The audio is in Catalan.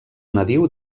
nadiu